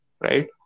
right